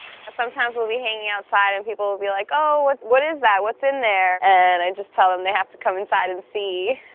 sometimes we'll be hanging outside, and people will be like, oh, what is that? what's in there? and i just tell them they have to come inside and see.